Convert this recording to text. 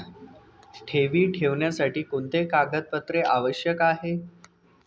ठेवी ठेवण्यासाठी कोणते कागदपत्रे आवश्यक आहे?